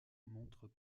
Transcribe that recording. montres